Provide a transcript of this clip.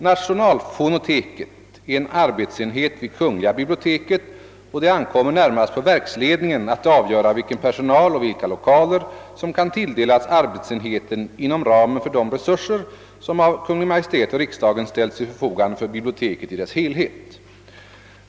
Nationalfonoteket är en arbetsenhet vid kungl. biblioteket och det ankommer närmast på verksledningen att avgöra vilken personal och vilka lokaler som kan tilldelas arbetsenheten inom frågan om hur tillgänglig personal och ramen för de resurser som av Kungl. Maj:t och riksdagen ställs till förfogande för biblioteket i dess helhet.